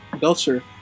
Belcher